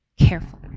careful